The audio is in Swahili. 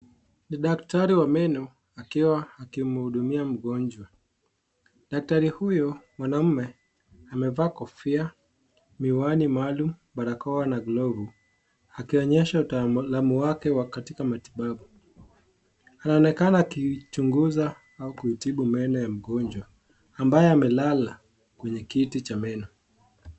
Ni daktari wa meno akiwa akihudumia mgonjwa. Daktari huyo mwanaume amevaa kofia, miwani maalum, barakoa na glovu. Akionyesha utaalamu wake wa katika matibabu. Anaonekana akichunguza au kutibu meno ya mgonjwa, ambaye amelala kwenye kiti cha meno.